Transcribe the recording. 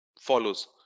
follows